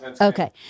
Okay